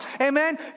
Amen